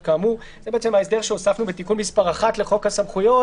כאמור." זה ההסדר שהוספנו בתיקון מס' 1 לחוק הסמכויות,